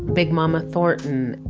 big mama thornton,